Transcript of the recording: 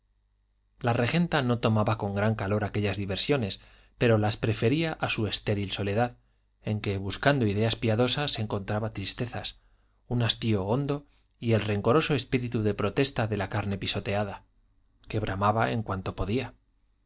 la regenta no tomaba con gran calor aquellas diversiones pero las prefería a su estéril soledad en que buscando ideas piadosas encontraba tristezas un hastío hondo y el rencoroso espíritu de protesta de la carne pisoteada que bramaba en cuanto podía